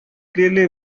clearly